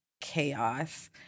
chaos